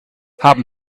haben